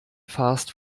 fast